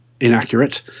inaccurate